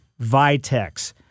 vitex